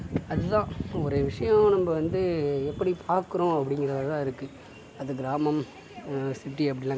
அதுதான் ஒரே விஷயம் நம்ம வந்து எப்படி பார்க்குறோம் அப்படிங்குறதுலதான் இருக்குது அது கிராமம் சிட்டி அப்படிலாம் கிடையாது